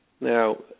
Now